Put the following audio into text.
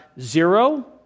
zero